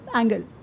angle